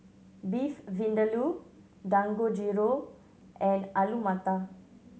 Beef Vindaloo Dangojiru and Alu Matar